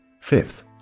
Fifth